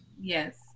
Yes